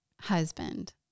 husband